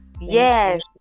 Yes